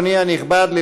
אדוני הנכבד,